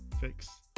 fix